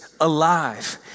alive